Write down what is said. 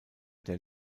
der